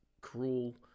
cruel